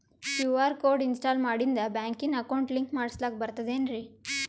QR code install ಮಾಡಿಂದ ಬ್ಯಾಂಕಿನ account link ಮಾಡಸ್ಲಾಕ ಬರ್ತದೇನ್ರಿ